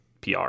PR